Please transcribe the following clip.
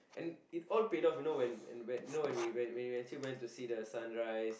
and it all paid off you know when when you know when we when we actually went to see the sunrise